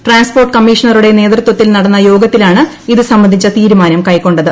transport കമ്മീഷണറുടെ നേതൃത്വത്തിൽ നടന്ന യോഗത്തിലാണ് ഇത് സംബന്ധിച്ച തീരുമാനം കൈക്കൊണ്ടത്